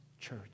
church